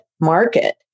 market